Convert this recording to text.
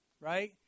right